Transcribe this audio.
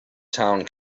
town